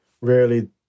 Rarely